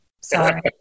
Sorry